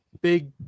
big